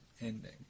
ending